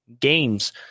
games